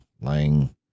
laying